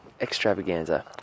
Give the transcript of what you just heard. extravaganza